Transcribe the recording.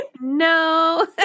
no